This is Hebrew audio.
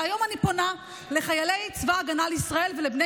והיום אני פונה לחיילי צבא ההגנה לישראל ולבני